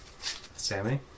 Sammy